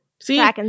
see